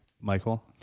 michael